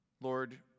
Lord